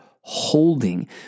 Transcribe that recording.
holding